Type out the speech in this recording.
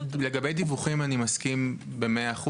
לגבי דיווחים אני מסכים ב-100%,